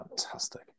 Fantastic